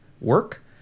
work